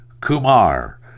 Kumar